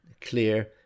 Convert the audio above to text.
clear